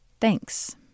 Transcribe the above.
Thanks